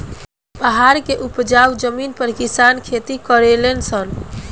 पहाड़ के उपजाऊ जमीन पर किसान खेती करले सन